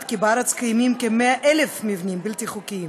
שבארץ קיימים כ-100,000 מבנים בלתי חוקיים.